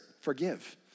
forgive